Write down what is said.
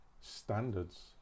standards